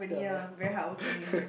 yeah lah